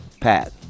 Pat